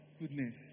Goodness